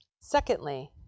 Secondly